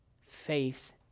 faith